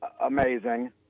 amazing